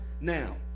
now